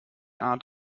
art